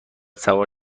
سوار